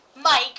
Mike